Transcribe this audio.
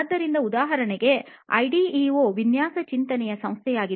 ಆದ್ದರಿಂದ ಉದಾಹರಣೆಗೆ ಐಡಿಇಯೊ ವಿನ್ಯಾಸ ಚಿಂತನೆಯ ಸಂಸ್ಥೆಯಾಗಿದೆ